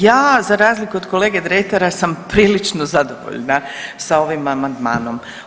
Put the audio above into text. Ja za razliku od kolege Dretara sam prilično zadovoljna sa ovim amandmanom.